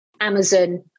Amazon